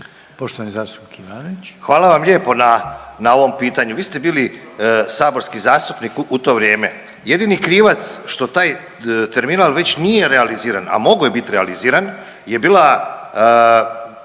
**Ivanović, Goran (HDZ)** Hvala vam lijepo na ovom pitanju. Vi ste bili saborski zastupnik u to vrijeme. Jedini krivac što taj terminal već nije realiziran, a mogao je biti realiziran je bila